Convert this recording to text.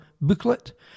booklet